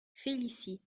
félicie